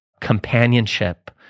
companionship